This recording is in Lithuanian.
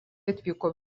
atvyko